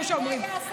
כמו שאומרים.